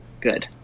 Good